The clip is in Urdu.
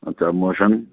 اچھا موشن